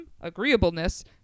agreeableness